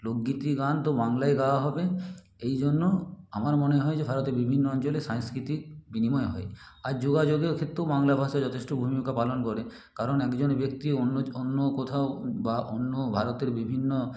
লোকগীতি গান তো বাংলায় গাওয়া হবে এই জন্য আমার মনে হয় যে ভারতের বিভিন্ন অঞ্চলে সাংস্কৃতিক বিনিময় হয় আর যোগাযোগের ক্ষেত্রেও বাংলা ভাষা যথেষ্ট ভূমিকা পালন করে কারণ একজন ব্যক্তি অন্য অন্য কোথাও বা অন্য ভারতের বিভিন্ন